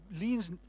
leans